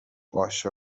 عاشق